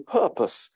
purpose